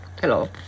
Hello